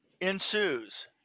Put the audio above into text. ensues